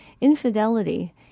Infidelity